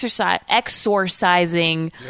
exorcising